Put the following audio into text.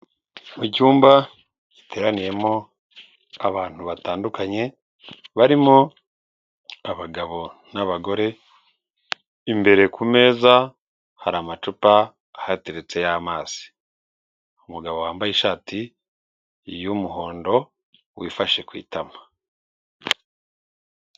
Mu icyumba giteraniyemo abantu batandukanye, barimo abagabo n'abagore, imbere ku meza hari amacupa ahateretse y'amazi. Umugabo wambaye ishati y'umuhondo wifashe ku itama.